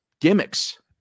gimmicks